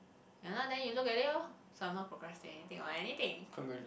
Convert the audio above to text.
ya lah then you look at it orh so I'm not procrastinating or anything